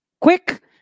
quick